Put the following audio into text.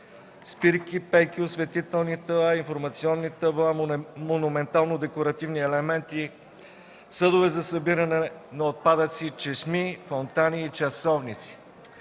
спирки, пейки, осветителни тела, информационни табла, монументално-декоративни елементи, съдове за събиране на отпадъци, чешми, фонтани и часовници.